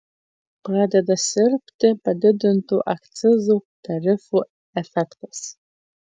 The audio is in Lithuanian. pradeda silpti padidintų akcizų tarifų efektas